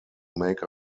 make